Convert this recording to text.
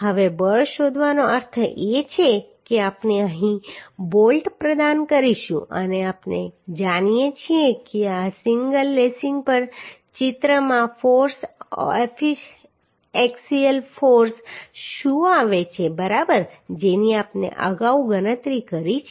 હવે બળ શોધવાનો અર્થ એ છે કે આપણે અહીં બોલ્ટ પ્રદાન કરીશું અને આપણે જાણીએ છીએ કે આ સિંગલ લેસિંગ પર ચિત્રમાં ફોર્સ એક્સિયલ ફોર્સ શું આવે છે બરાબર જેની આપણે અગાઉ ગણતરી કરી છે